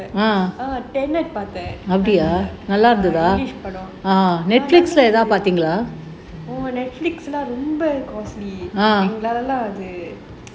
பாத்தேன்:paathaen english படம் ரொம்ப எங்களால அது:padam romba engalaala athu